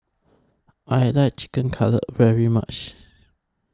I like Chicken Cutlet very much